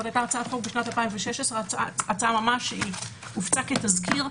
היתה הצעה ב-2016 שהופצה כתזכיר.